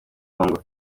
congo